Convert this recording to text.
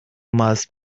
must